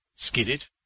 skidded